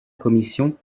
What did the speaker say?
commission